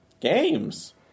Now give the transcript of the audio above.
Games